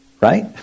right